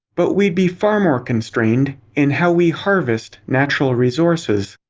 but we'd be far more constrained in how we harvest natural resources.